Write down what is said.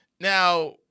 now